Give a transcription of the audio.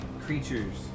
creature's